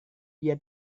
dia